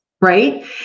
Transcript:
right